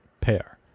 pair